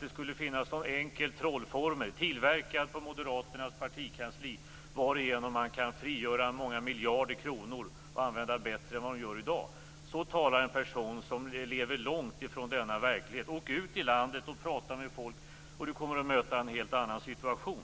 Det skulle alltså finnas en enkel trollformel tillverkad på Moderaternas partikansli varigenom man kan frigöra många miljarder kronor och använda bättre än vad som görs i dag. Så talar en person som lever långt ifrån verkligheten. Åk ut i landet och prata med folk! Då kommer Bo Lundgren att möta en helt annan situation.